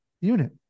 unit